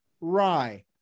rye